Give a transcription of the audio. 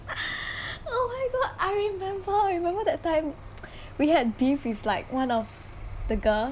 oh my god I remember I remember that time we had beef with like one of the girl